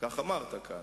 כך אמרת כאן,